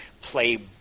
play